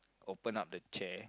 open up the chair